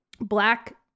black